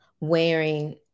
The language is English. wearing